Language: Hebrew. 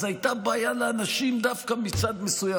אז הייתה בעיה לאנשים דווקא מצד מסוים.